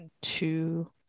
Two